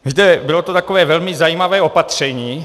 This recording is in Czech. Víte, bylo to takové velmi zajímavé opatření.